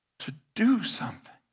to do something.